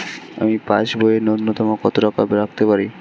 আমি পাসবইয়ে ন্যূনতম কত টাকা রাখতে পারি?